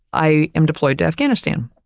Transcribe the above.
i am deployed to afghanistan.